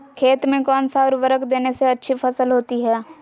खेत में कौन सा उर्वरक देने से अच्छी फसल होती है?